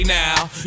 now